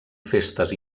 festes